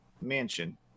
mansion